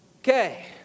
Okay